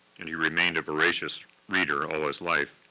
and he remained a voracious reader all his life.